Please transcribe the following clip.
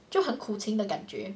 就很苦情的感觉